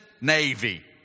Navy